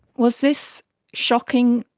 was this shocking,